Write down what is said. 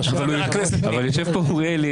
אבל יושב פה עכשיו אוריאל לין,